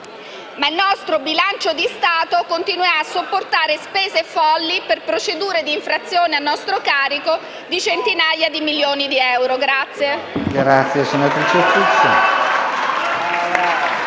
ma il nostro bilancio di Stato continuerà a sopportare spese folli per procedure d'infrazione a nostro carico di centinaia di milioni di euro.